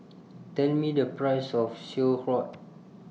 Tell Me The Price of Sauerkraut